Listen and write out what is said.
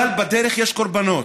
אבל בדרך יש קורבנות,